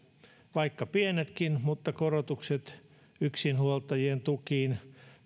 vaikka pienetkin mutta korotukset yksinhuoltajien tukiin